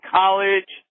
college